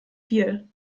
viel